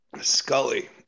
Scully